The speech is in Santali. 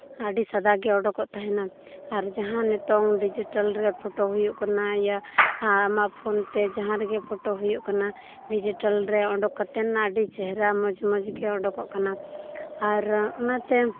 ᱟᱹᱰᱤ ᱥᱟᱫᱟ ᱜᱮ ᱚᱰᱳᱠᱚᱜ ᱛᱟᱦᱮᱱᱟ ᱟᱨ ᱡᱟᱦᱟᱸ ᱱᱤᱛᱚᱝ ᱰᱤᱡᱤᱴᱮᱞ ᱨᱮ ᱯᱷᱳᱴᱳ ᱦᱩᱭᱩᱜ ᱠᱟᱱᱟ ᱭᱟ ᱟᱢᱟᱜ ᱯᱷᱳᱱ ᱛᱮ ᱡᱟᱦᱟᱸ ᱨᱮᱜᱮ ᱯᱷᱳᱴᱳ ᱦᱩᱭᱩᱜ ᱠᱟᱱᱟ ᱰᱤᱡᱤᱴᱟᱞ ᱨᱮ ᱩᱰᱩᱠ ᱠᱟᱛᱮᱫ ᱟᱹᱰᱤ ᱪᱮᱦᱨᱟ ᱢᱚᱡᱽ ᱢᱚᱡᱽ ᱜᱮ ᱩᱰᱩᱠᱚᱜ ᱠᱟᱱᱟ ᱟᱨ ᱚᱱᱟᱛᱮ